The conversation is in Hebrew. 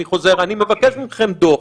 אני חוזר, אני מבקש מכם דוח,